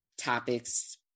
topics